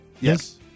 Yes